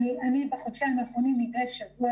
אני נמצאת מידי שבוע